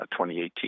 2018